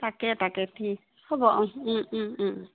তাকে তাকে ঠিক হ'ব অঁ